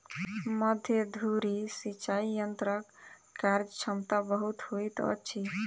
मध्य धुरी सिचाई यंत्रक कार्यक्षमता बहुत होइत अछि